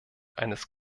eines